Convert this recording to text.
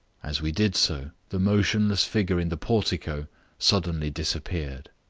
as we did so the motionless figure in the portico suddenly disappeared.